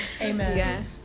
Amen